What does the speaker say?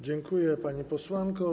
Dziękuję, pani posłanko.